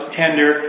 tender